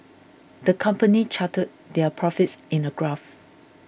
the company charted their profits in a graph